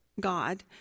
God